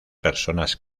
personas